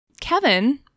Kevin